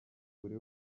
buri